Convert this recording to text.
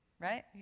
Right